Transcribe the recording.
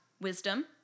wisdom